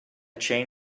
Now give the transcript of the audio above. chain